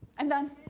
i'm done.